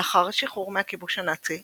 לאחר השחרור מהכיבוש הנאצי,